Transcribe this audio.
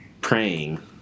praying